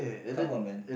come on man